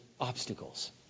obstacles